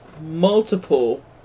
multiple